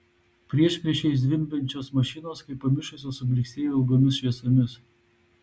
priešpriešiais zvimbiančios mašinos kaip pamišusios sublyksėjo ilgomis šviesomis